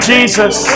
Jesus